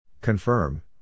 Confirm